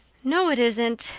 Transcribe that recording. no, it isn't,